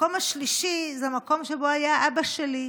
במקום השלישי זה המקום שבו היה אבא שלי,